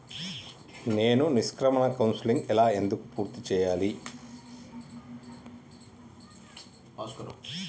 నేను నిష్క్రమణ కౌన్సెలింగ్ ఎలా ఎందుకు పూర్తి చేయాలి?